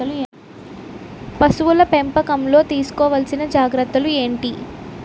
పశువుల పెంపకంలో తీసుకోవల్సిన జాగ్రత్తలు ఏంటి?